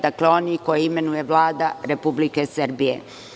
Dakle, oni koje imenuje Vlada Republike Srbije.